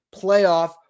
playoff